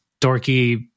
dorky